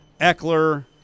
Eckler